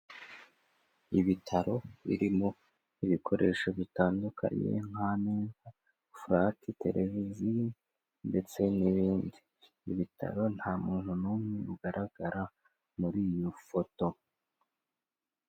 Ibitaro birimo ibikoresho bitandukanye nk' ameza, furate, televiziyo ndetse n'ibindi. Ibitaro nta muntu n'umwe ugaragara muri iyo foto.